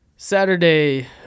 Saturday